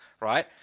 right